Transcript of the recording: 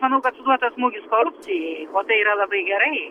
manau kad suduotas smūgis korupcijai o tai yra labai gerai